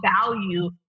value